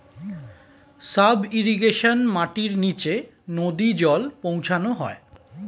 sub irrigation মাটির নিচে নদী জল পৌঁছানো হয়